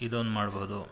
ಇದೊಂದು ಮಾಡ್ಬೋದು